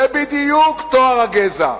זה בדיוק טוהר הגזע.